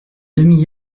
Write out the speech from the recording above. demi